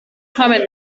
common